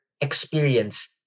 experience